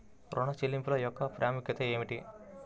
ఋణ చెల్లింపుల యొక్క ప్రాముఖ్యత ఏమిటీ?